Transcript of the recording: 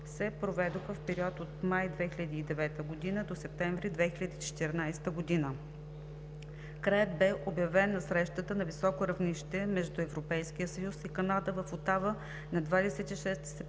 се проведоха в периода от май 2009 г. до септември 2014 г. Краят бе обявен на срещата на високо равнище между ЕС и Канада в Отава на 26 септември